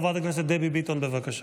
חברת הכנסת דבי ביטון, בבקשה.